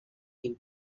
این